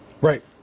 Right